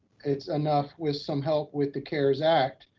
it's enough with some help with the cares act.